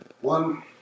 One